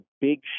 big